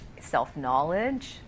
self-knowledge